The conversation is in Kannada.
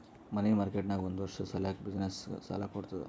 ಮನಿ ಮಾರ್ಕೆಟ್ ನಾಗ್ ಒಂದ್ ವರ್ಷ ಸಲ್ಯಾಕ್ ಬಿಸಿನ್ನೆಸ್ಗ ಸಾಲಾ ಕೊಡ್ತುದ್